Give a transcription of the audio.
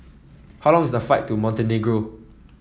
how long is the flight to Montenegro